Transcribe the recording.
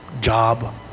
job